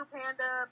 Panda